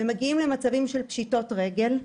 ומגיעים למצבים של פשיטות רגל.